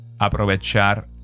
aprovechar